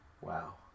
wow